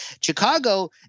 Chicago